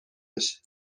بشه